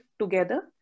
together